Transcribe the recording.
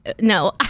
no